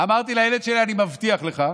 אמרתי לילד שלי: אני מבטיח לך,